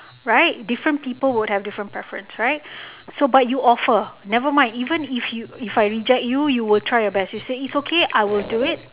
right different people would have different preference right so but you offer never mind even if you if I reject you you will try your best you say it's okay I will do it